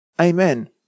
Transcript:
Amen